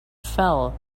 fell